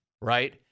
right